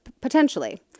potentially